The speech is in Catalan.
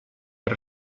per